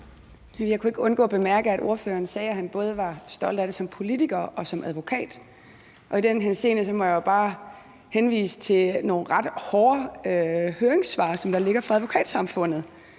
Jeg kunne ikke undgå at bemærke, at ordføreren sagde, at han både var stolt af det som politiker og som advokat. I den henseende må jeg bare henvise til nogle ret hårde høringssvar, der ligger fra Advokatsamfundet,